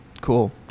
cool